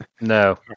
No